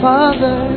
Father